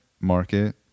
market